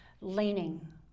leaning